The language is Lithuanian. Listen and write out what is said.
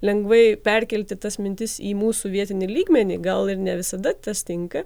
lengvai perkelti tas mintis į mūsų vietinį lygmenį gal ir ne visada tas tinka